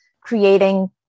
creating